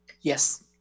Yes